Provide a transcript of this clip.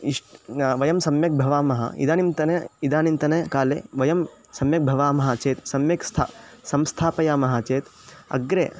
इष् वयं सम्यक् भवामः इदानीन्तने इदानीन्तने काले वयं सम्यक् भवामः चेत् सम्यक् स्था संस्थापयामः चेत् अग्रे